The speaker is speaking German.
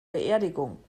beerdigung